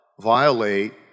violate